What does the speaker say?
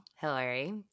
Hillary